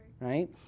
right